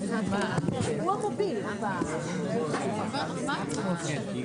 10:20.